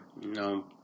No